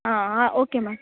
ಹಾಂ ಹಾಂ okay ma'am